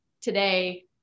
today